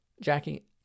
Jackie